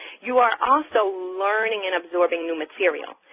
you are also learning and absorbing new material.